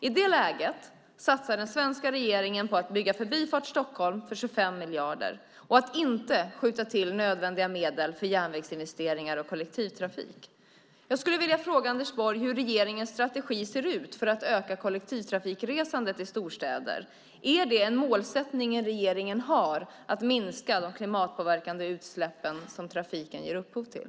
I det läget satsar den svenska regeringen på att bygga Förbifart Stockholm för 25 miljarder. Man skjuter inte till nödvändiga medel till järnvägsinvesteringar och kollektivtrafik. Jag skulle vilja fråga Anders Borg hur regeringens strategi ser ut för att öka kollektivtrafikresandet i storstäder. Har regeringen målsättningen att minska de klimatpåverkande utsläpp som trafiken ger upphov till?